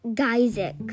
Isaac